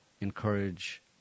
encourage